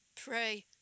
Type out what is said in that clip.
pray